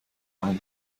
einen